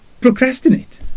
procrastinate